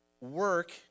work